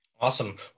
awesome